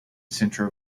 centro